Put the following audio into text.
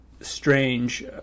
strange